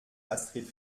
astrid